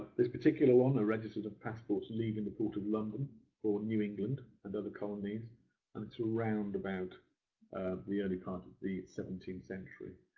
this particular one are registers of passports leaving the port of london for new england and other colonies and it's around about the early part of the seventeenth century.